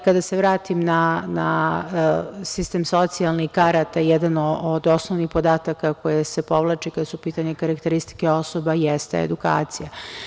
Kada se vratim na sistem socijalnih karata, jedno od osnovnih podataka koje se povlače, kada su u pitanju karakteristike osoba, to jeste edukacija.